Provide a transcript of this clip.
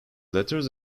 letters